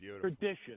tradition